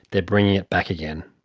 they're bringing it back again.